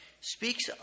speaks